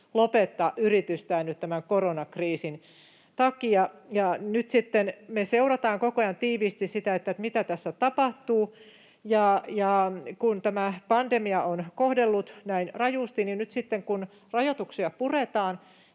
lopettaa yritystään nyt tämän koronakriisin takia. Ja nyt sitten me seurataan koko ajan tiiviisti sitä, mitä tässä tapahtuu. Ja kun tämä pandemia on kohdellut näin rajusti, niin nyt sitten, kun rajoituksia puretaan,